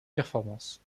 performances